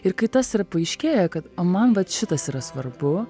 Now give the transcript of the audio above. ir kai tas ir paaiškėja kad o man vat šitas yra svarbu